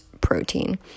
protein